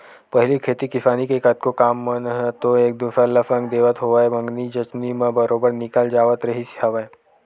पहिली खेती किसानी के कतको काम मन ह तो एक दूसर ल संग देवत होवय मंगनी जचनी म बरोबर निकल जावत रिहिस हवय